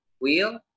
wheel